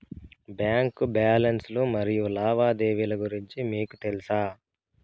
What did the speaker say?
Bank balance లు మరియు లావాదేవీలు గురించి మీకు తెల్సా?